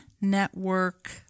network